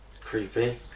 Creepy